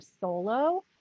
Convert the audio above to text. solo